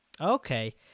Okay